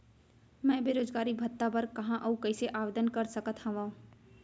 मैं बेरोजगारी भत्ता बर कहाँ अऊ कइसे आवेदन कर सकत हओं?